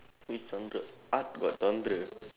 which genre art got genre